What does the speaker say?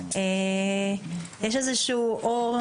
יש איזשהו אור,